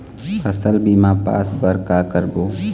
फसल बीमा पास बर का करबो?